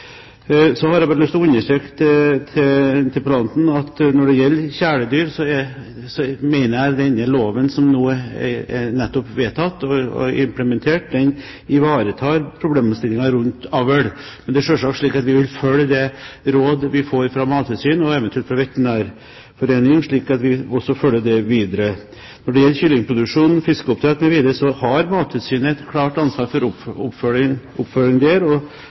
Så har jeg bare lyst til å understreke til interpellanten at når det gjelder kjæledyr, mener jeg den loven som nå nettopp er vedtatt og implementert, ivaretar problemstillinger rundt avl. Men vi vil selvsagt følge det råd vi får fra Mattilsynet og eventuelt fra Veterinærforeningen – og altså følge dette videre. Når det gjelder kyllingproduksjon og fiskeoppdrett mv., har Mattilsynet et klart ansvar for oppfølging,